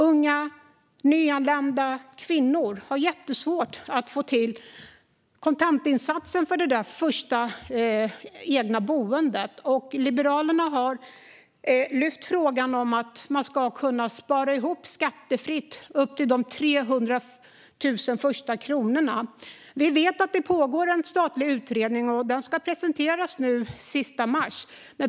Unga, nyanlända och kvinnor har jättesvårt att få till kontantinsatsen för det första egna boendet. Liberalerna har föreslagit att man ska kunna spara ihop de 300 000 första kronorna skattefritt. Vi vet att det pågår en statlig utredning som ska presenteras den 31 mars.